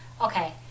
Okay